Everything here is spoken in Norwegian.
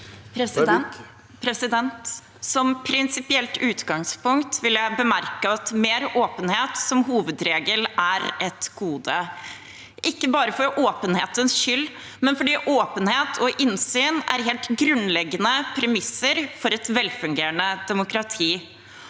ut- gangspunkt vil jeg bemerke at mer åpenhet som hovedregel er et gode, ikke bare for åpenhetens skyld, men fordi åpenhet og innsyn er helt grunnleggende premisser for et velfungerende demokrati.